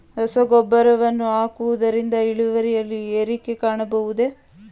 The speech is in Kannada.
ರಸಗೊಬ್ಬರವನ್ನು ಹಾಕುವುದರಿಂದ ಇಳುವರಿಯಲ್ಲಿ ಏರಿಕೆ ಕಾಣಬಹುದೇ?